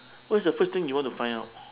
what is the first thing you want to find out